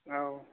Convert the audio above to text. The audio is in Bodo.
औ